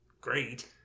great